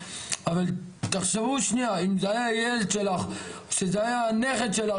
אבל תחשבו שנייה אם זה היה הילד שלך או שזה היה הנכד שלך